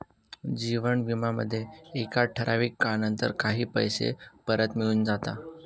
जीवन विमा मध्ये एका ठराविक काळानंतर काही पैसे परत मिळून जाता